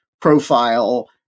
profile